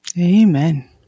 Amen